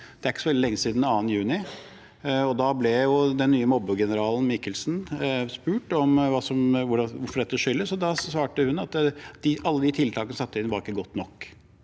det er ikke så veldig lenge siden 2. juni. Da ble den nye mobbegeneralen, Michelsen, spurt om hva dette skyldes, og hun svarte at alle de tiltakene som var satt inn, ikke var godt nok.